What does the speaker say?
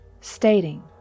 stating